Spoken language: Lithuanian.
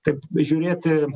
taip žiūrėti